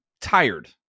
tired